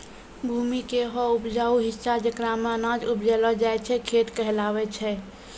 भूमि के हौ उपजाऊ हिस्सा जेकरा मॅ अनाज उपजैलो जाय छै खेत कहलावै छै